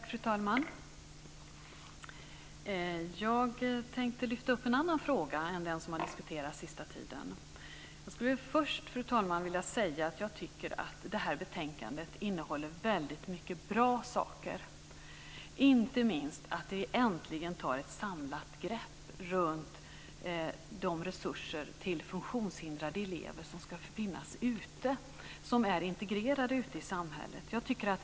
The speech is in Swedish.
Fru talman! Jag tänkte lyfta fram en annan fråga än den som nyligen har diskuterats. Jag vill först säga att jag tycker att betänkandet innehåller väldigt många bra saker, inte minst för att man äntligen tar ett samlat grepp om de resurser till funktionshindrade elever som är integrerade ute i samhället.